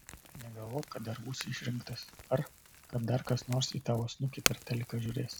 negalvok kad dar būsi išrinktas ar kad dar kas nors į tavo snukį per teliką žiūrės